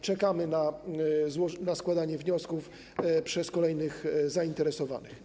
Czekamy na składanie wniosków przez kolejnych zainteresowanych.